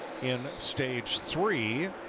in stage three.